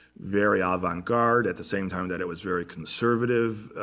very ah avant-garde, at the same time that it was very conservative.